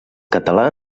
català